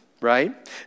right